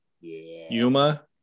Yuma